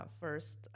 first